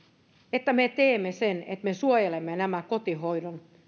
että me teemme sen että me suojelemme näitä kotihoidon